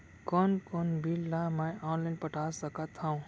कोन कोन बिल ला मैं ऑनलाइन पटा सकत हव?